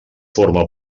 forma